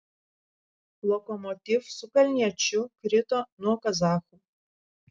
lokomotiv su kalniečiu krito nuo kazachų